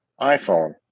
iPhone